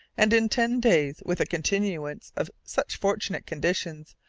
and in ten days, with a continuance of such fortunate conditions,